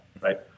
right